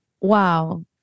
Wow